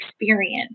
experience